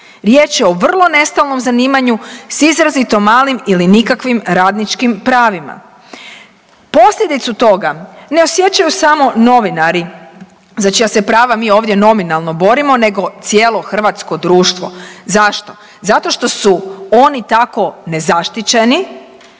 riječ je o vrlo nestalnom zanimanju s izrazito malim ili nikakvim radničkim pravima. Posljedicu toga ne osjećaju samo novinari za čija se prava mi ovdje nominalno borimo nego cijelo hrvatsko društvo. Zašto? Zato što su oni tako nezaštićeni